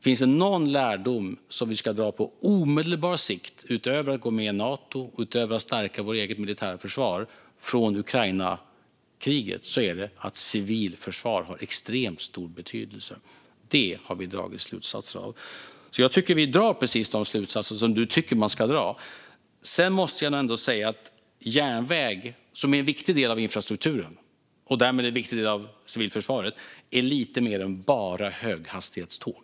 Finns det någon lärdom vi ska dra på omedelbar sikt av kriget i Ukraina, utöver att gå med i Nato och att stärka vårt eget militära försvar, är det att civilt försvar har extremt stor betydelse. Det har vi dragit slutsatser av. Jag tycker alltså att vi drar precis de slutsatser som ledamoten tycker att man ska dra. Järnväg är en viktig del av infrastrukturen och därmed civilförsvaret, men det är lite mer än bara höghastighetståg.